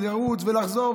לרוץ ולחזור,